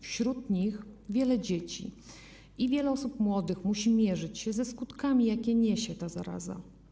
Wśród nich było wiele dzieci i wiele osób młodych, które muszą mierzyć się ze skutkami, jakie niesie ta zaraza.